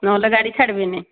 ନହେଲେ ଗାଡ଼ି ଛାଡ଼ିବିନି